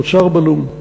אוצר בלום.